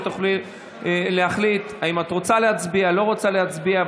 ותוכלי להחליט אם את רוצה להצביע או לא רוצה להצביע,